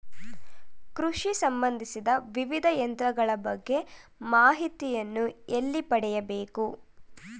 ಕೃಷಿ ಸಂಬಂದಿಸಿದ ವಿವಿಧ ಯಂತ್ರಗಳ ಬಗ್ಗೆ ಮಾಹಿತಿಯನ್ನು ಎಲ್ಲಿ ಪಡೆಯಬೇಕು?